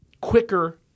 quicker